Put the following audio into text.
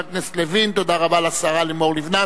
27 בעד, אין מתנגדים ואין נמנעים,